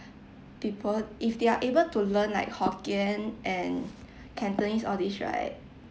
people if they're able to learn like hokkien and cantonese all these right